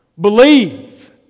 Believe